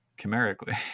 chimerically